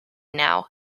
now